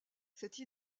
cette